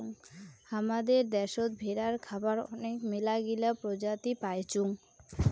হামাদের দ্যাশোত ভেড়ার খাবার আনেক মেলাগিলা প্রজাতি পাইচুঙ